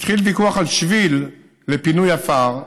התחיל ויכוח על שביל לפינוי עפר,